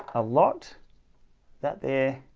a lot that there